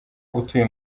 utuye